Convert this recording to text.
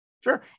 Sure